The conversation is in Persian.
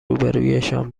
روبهرویشان